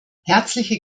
herzliche